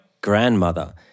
grandmother